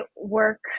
work